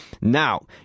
Now